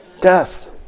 Death